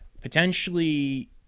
potentially